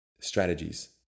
strategies